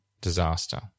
disaster